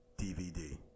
DVD